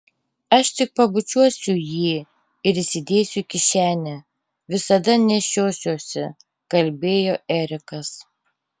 aš tik pabučiuosiu jį ir įsidėsiu į kišenę visada nešiosiuosi kalbėjo erikas